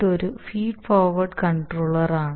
ഇതൊരു feed forward കൺട്രോളറാണ്